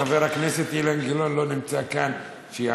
חבר הכנסת אילן גילאון לא נמצא כאן לענות לך,